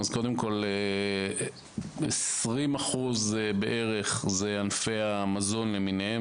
קודם כול, בערך 20% זה ענפי המזון למיניהם.